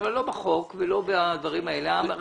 אבל כאשר יהיה מדובר בגופים אחרים ויקרה להם משהו,